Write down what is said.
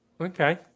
Okay